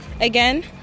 Again